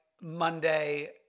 Monday